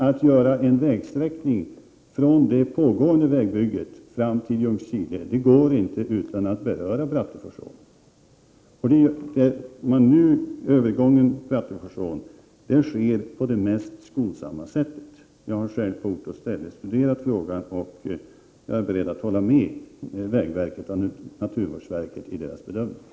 Att göra en vägsträckning från det pågående vägbygget fram till Ljungskile går inte utan att beröra Bratteforsån. Övergången av Bratteforsån sker nu på det mest skonsamma sättet. Jag har själv på ort och ställe studerat frågan, och jag är beredd att hålla med vägverket och naturvårdsverket i deras bedömningar.